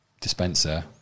dispenser